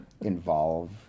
involve